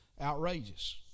outrageous